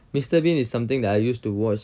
mister bean is something that I used to watch